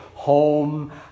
home